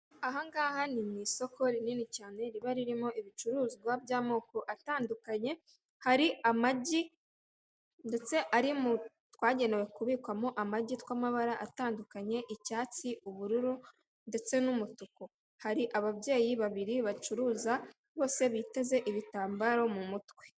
Ahangaha ni mu isoko rinini cyane riba ririmo ibicuruzwa by'amoko atandukanye, hari amagi ndetse ari mu twagenewe kubikwamo amagi tw'amabara atandukanye icyatsi ubururu ndetse n'umutuku, hari ababyeyi babiri bacuruza bose biteze ibitambaro mu mutwe.